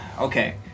Okay